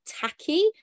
tacky